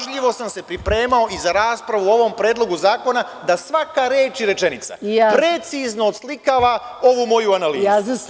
Pažljivo sam se pripremao i za raspravu o ovom predlogu zakona, da svaka reč i rečenica precizno oslikava ovu moju analizu.